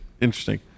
Interesting